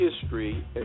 history